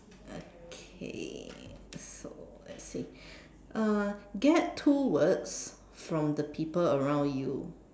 okay so let's see uh get two words from the people around you